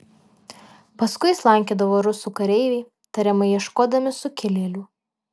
paskui slankiodavo rusų kareiviai tariamai ieškodami sukilėlių